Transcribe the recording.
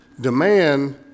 demand